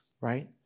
right